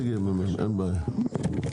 בבקשה.